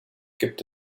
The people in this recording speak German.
gibt